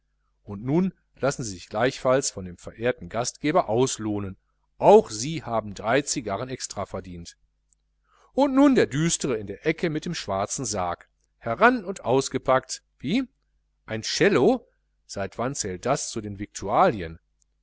und nun lassen sie sich gleichfalls von dem verehrten gastgeber auslohnen auch sie haben drei cigarren extra verdient und nun der düstere in der ecke mit dem schwarzen sarg heran und ausgepackt wie ein cello seit wann zählt das zu den viktualien